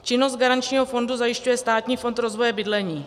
Činnost garančního fondu zajišťuje Státní fond rozvoje bydlení.